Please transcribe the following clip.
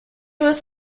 was